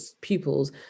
pupils